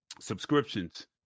subscriptions